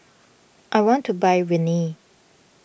I want to buy Rene